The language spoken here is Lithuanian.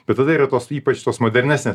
bet tada yra tos ypač tos modernesnės